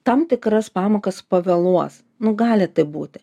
tam tikras pamokas pavėluos nu gali taip būti